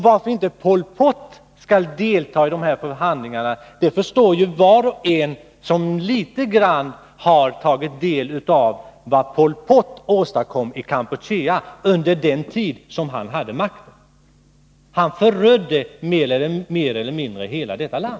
Varför inte Pol Pot skall delta i förhandlingarna förstår ju var och en som litet grand har tagit del av vad Pol Pot åstadkom i Kampuchea under den tid då han hade makten. Han mer eller mindre förödde hela detta land.